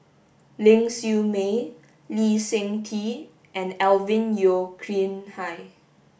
Ling Siew May Lee Seng Tee and Alvin Yeo Khirn Hai